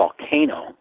volcano